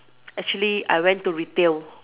actually I went to retail